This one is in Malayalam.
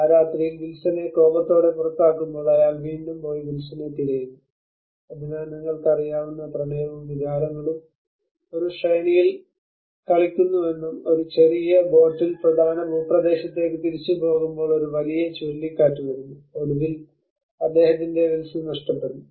ആ രാത്രിയിൽ വിൻസനെ കോപത്തോടെ പുറത്താക്കുമ്പോൾ അയാൾ വീണ്ടും പോയി വിൽസനെ തിരയുന്നു അതിനാൽ നിങ്ങൾക്കറിയാവുന്ന പ്രണയവും വികാരങ്ങളും ഒരു ശ്രേണിയിൽ കളിക്കുന്നുവെന്നും ഒരു ചെറിയ ബോട്ടിൽ പ്രധാന ഭൂപ്രദേശത്തേക്ക് തിരിച്ചുപോകുമ്പോൾ ഒരു വലിയ ചുഴലിക്കാറ്റ് വരുന്നു ഒടുവിൽ അദ്ദേഹത്തിന് വിൽസൺ നഷ്ടപ്പെടുന്നു